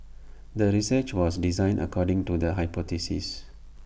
the research was designed according to the hypothesis